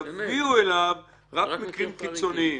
יביאו אליו רק מקרים קיצוניים.